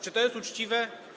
Czy to jest uczciwe?